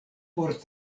por